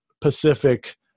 Pacific